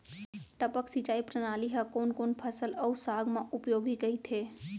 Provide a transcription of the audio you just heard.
टपक सिंचाई प्रणाली ह कोन कोन फसल अऊ साग म उपयोगी कहिथे?